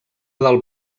del